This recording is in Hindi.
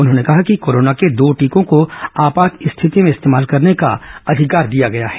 उन्होंने कहा कि कोरोना के दो टीकों को आपात स्थिति में इस्तेमाल करने का अधिकार दिया गया है